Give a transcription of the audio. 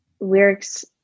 lyrics